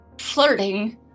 flirting